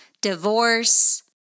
divorce